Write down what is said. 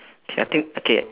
okay I think okay